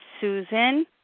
Susan